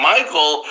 Michael